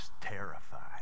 terrified